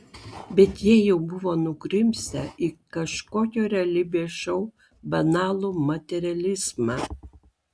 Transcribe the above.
bet jie jau buvo nugrimzdę į kažkokio realybės šou banalų materializmą